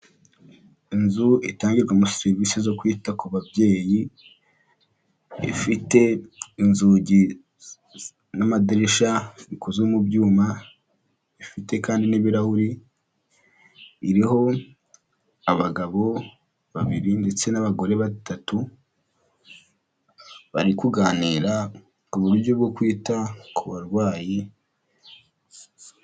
Inzu itangirwamo serivisi zo kwita ku babyeyi, ifite inzugi n'amadirishya bikozwe mu byuma, ifite kandi n'ibirahure, iriho abagabo babiri ndetse n'abagore batatu bari kuganira ku buryo bwo kwita ku barwayi.